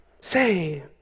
Say